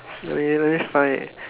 wait let me find it